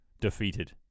defeated